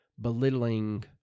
belittling